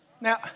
Now